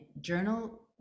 journal